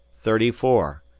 thirty four,